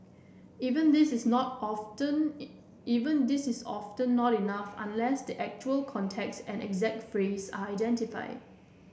even this is not often even this is often not enough unless the actual context and exact phrase are identified